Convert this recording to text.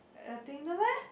the thing no meh